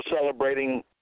celebrating